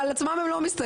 על עצמם הם לא מסתכלים.